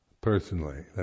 personally